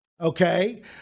Okay